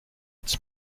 its